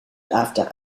after